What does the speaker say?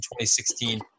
2016